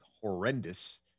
horrendous